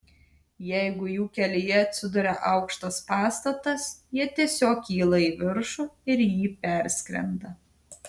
jeigu jų kelyje atsiduria aukštas pastatas jie tiesiog kyla į viršų ir jį perskrenda